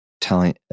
telling